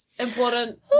important